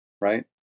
right